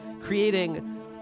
creating